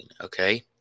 Okay